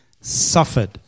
suffered